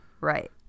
Right